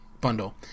bundle